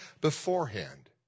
beforehand